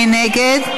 מי נגד?